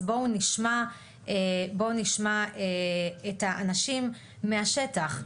אז בואו נשמע את האנשים מהשטח.